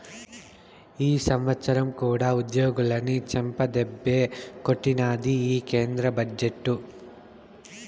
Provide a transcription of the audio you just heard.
ఈ సంవత్సరం కూడా ఉద్యోగులని చెంపదెబ్బే కొట్టినాది ఈ కేంద్ర బడ్జెట్టు